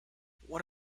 what